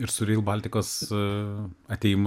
ir su reil baltikos atėjimu